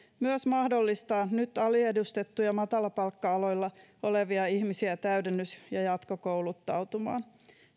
myös mahdollistaa nyt aliedustettuja matalapalkka aloilla olevia ihmisiä täydennys ja jatkokouluttautumaan